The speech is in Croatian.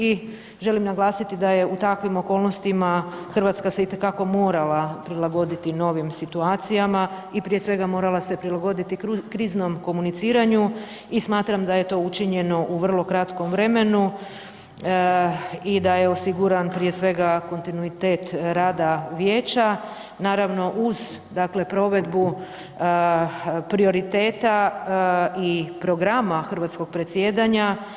I želim naglasiti da je u takvim okolnostima RH se itekako morala prilagoditi novim situacijama i prije svega morala se prilagoditi kriznom komuniciranju i smatram da je to učinjeno u vrlo kratkom vremenu i da je osiguran prije svega kontinuitet rada vijeća, naravno uz, dakle provedbu prioriteta i programa hrvatskog predsjedanja.